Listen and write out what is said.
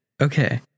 Okay